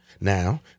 Now